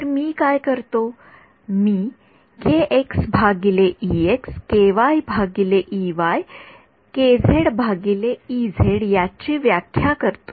तर मी काय करतो मी याची व्याख्याकरतो